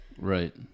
Right